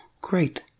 great